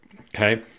Okay